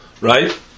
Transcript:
right